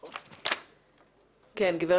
כן, בבקשה.